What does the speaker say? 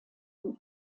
new